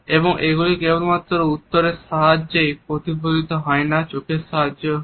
এবং এগুলি কেবলমাত্র উত্তরের সাহায্যেই প্রতিফলিত হয় না চোখের সাহায্যেও হয়